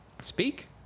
speak